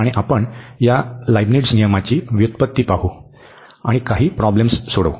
आणि आपण या लिबनिटझ नियमाची व्युत्पत्ती पाहू आणि काही प्रॉब्लेम्स सोडवू